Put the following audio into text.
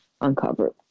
uncovered